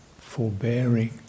forbearing